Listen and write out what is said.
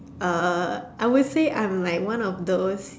uh I would say I'm like one of those